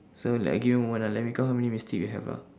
so like give me a moment ah let me count how many mistake we have lah